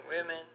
women